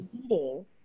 meeting